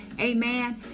Amen